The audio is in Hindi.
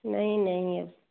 नहीं नहीं